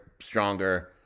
stronger